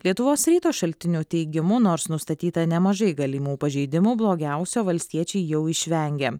lietuvos ryto šaltinių teigimu nors nustatyta nemažai galimų pažeidimų blogiausio valstiečiai jau išvengė